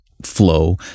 flow